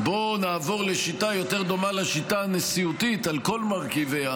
בואו נעביר לשיטה יותר דומה לשיטה הנשיאותית על כל מרכיביה,